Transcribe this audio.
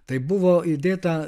tai buvo įdėta